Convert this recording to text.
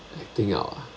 acting out ah